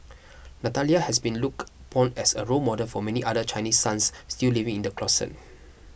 Natalia has been looked upon as a role model for many other Chinese sons still living in the closet